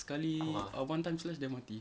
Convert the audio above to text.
sekali a one time slash then mati